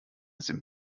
sim